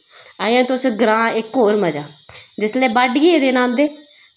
अजें तुसें ग्रांऽ इक होर मजा जिसलै बाह्डियै दिन आंदे